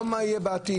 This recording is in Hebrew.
לא מה יהיה בעתיד.